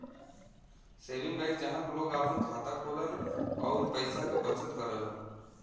saving bank जहां लोग आपन खाता खोलन आउर पैसा क बचत करलन